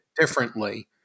differently